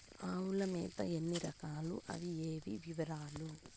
ఆవుల మేత ఎన్ని రకాలు? అవి ఏవి? వివరాలు?